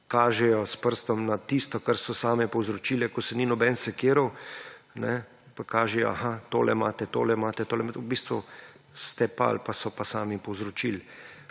kažejo s prstom na tisto, kar so same povzročile, ko se ni noben sekiral, pa kažejo: »Aha, to imate, to imate,« v bistvu ste pa ali pa so sami povzročili.